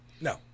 No